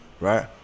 right